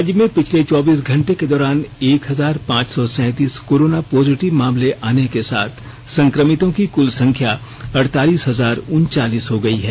राज्य में पिछले चौबीस घंटे के दौरान एक हजार पांच सौ सैंतीस कोरोना पॉजिटिव मामले आने को साथ संक्रमितों की कुल संख्या अड़तालीस हजार उनचालीस हो गई है